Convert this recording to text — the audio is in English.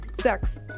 sex